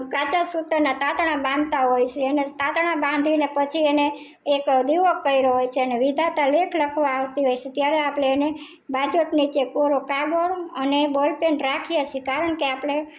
કાચા સુતરના તાતણા બાંધતા હોય છે એને તાતણા બાંધીને પછી એને એક દીવો કર્યો હોય છે અને વિધાતા લેખ લખવા આવતી હોય છે ત્યારે આપણે એને બાજોઠ નીચે કોરો કાગળ અને બૉલપેન રાખીએ સીએ કારણ કે આપળે